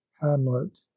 hamlet